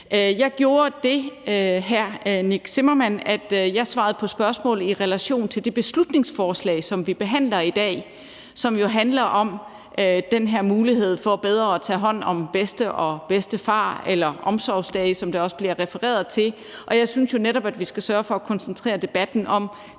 Zimmermann, at jeg svarede på spørgsmålet i relation til det beslutningsforslag, som vi behandler i dag, og som jo handler om den her mulighed for bedre at tage hånd om bedstemor og bedstefar – eller omsorgsdage, som der også bliver refereret til – og jeg synes jo netop, vi skal sørge for at koncentrere debatten om